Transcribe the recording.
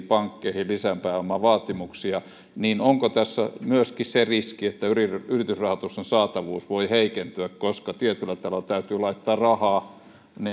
pankkeihin lisäpääomavaatimuksia niin onko tässä myöskin se riski että yritysrahoituksen saatavuus voi heikentyä koska tietyllä tavalla täytyy laittaa rahaa